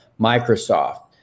Microsoft